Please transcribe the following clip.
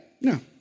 no